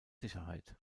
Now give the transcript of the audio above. sicherheit